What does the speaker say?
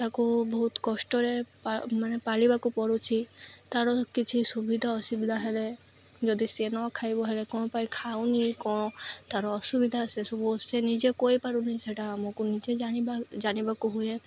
ତାକୁ ବହୁତ କଷ୍ଟରେ ମାନେ ପାଳିବାକୁ ପଡ଼ୁଛିି ତା'ର କିଛି ସୁବିଧା ଅସୁବିଧା ହେଲେ ଯଦି ସେ ନ ଖାଇବ ହେଲେ କ'ଣ ପାଇଁ ଖାଉନି କ'ଣ ତା'ର ଅସୁବିଧା ସେ ସବୁ ସେ ନିଜେ କହିପାରୁନି ସେଟା ଆମକୁ ନିଜେ ଜାଣିବା ଜାଣିବାକୁ ହୁଏ